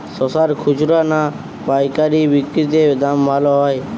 শশার খুচরা না পায়কারী বিক্রি তে দাম ভালো হয়?